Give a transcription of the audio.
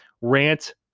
Rant